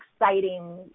exciting